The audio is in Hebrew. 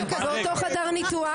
באותו חדר ניתוח,